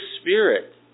spirit